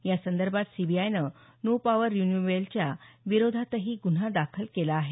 यासंदर्भात सीबीआयनं नूपॉवर रिन्यूएबलच्या विरोधातही गुन्हा दाखल केला आहे